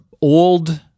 old